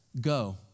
go